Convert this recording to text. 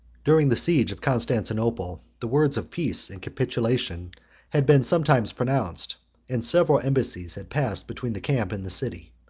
during the siege of constantinople, the words of peace and capitulation had been sometimes pronounced and several embassies had passed between the camp and the city.